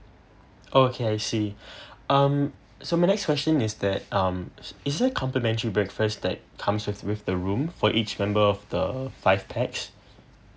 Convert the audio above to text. okay I see um so my next question is that um is there complimentary breakfast that comes with with the room for each member of the five pax